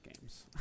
games